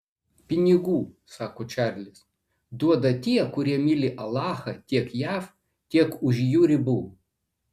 pinigų sako čarlis duoda tie kurie myli alachą tiek jav tiek už jų ribų